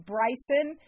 Bryson